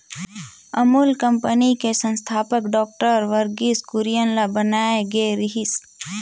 Amul company के संस्थापक doctor Verghese Kurien ल बनाए गे रिहिस